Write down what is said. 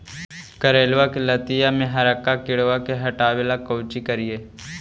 करेलबा के लतिया में हरका किड़बा के हटाबेला कोची करिए?